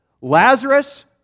Lazarus